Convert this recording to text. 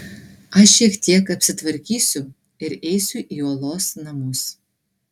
aš šiek tiek apsitvarkysiu ir eisiu į uolos namus